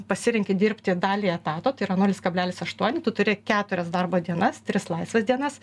pasirenki dirbti dalį etato tai yra nulis kablelis aštuoni tu turi keturias darbo dienas tris laisvas dienas